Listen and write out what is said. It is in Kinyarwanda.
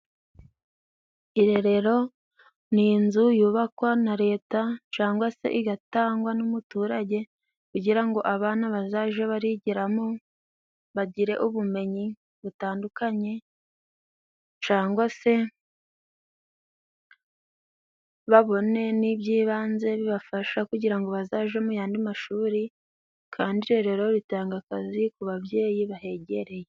Irerero ni inzu yubakwa na Leta cangwa se igatangwa n'umuturage kugira ngo abana bazaje barigiramo bagire ubumenyi butandukanye cangwa se babone n'iby'ibanze bibafasha kugira ngo bazaje mu yandi mashuri, kandi Irerero ritanga akazi ku babyeyi bahegereye.